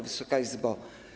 Wysoka Izbo!